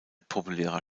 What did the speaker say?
populärer